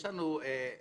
יש לנו חשש.